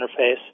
interface